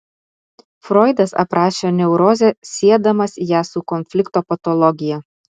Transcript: froidas aprašė neurozę siedamas ją su konflikto patologija